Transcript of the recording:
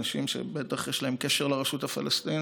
אנשים שבטח יש להם קשר לרשות הפלסטינית,